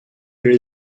there